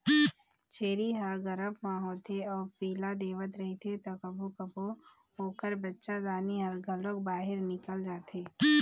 छेरी ह गरभ म होथे अउ पिला देवत रहिथे त कभू कभू ओखर बच्चादानी ह घलोक बाहिर निकल जाथे